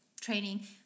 training